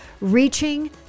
reaching